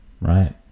right